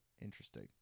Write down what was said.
Interesting